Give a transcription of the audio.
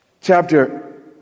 chapter